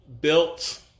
built